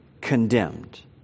condemned